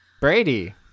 Brady